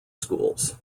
schools